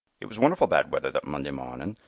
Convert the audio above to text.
it was wonderfu' bad weather that monday mornin'.